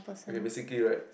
okay basically right